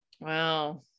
Wow